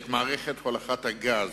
את מערכת הולכת הגז.